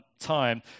time